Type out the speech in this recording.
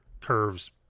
curves